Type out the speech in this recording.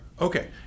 Okay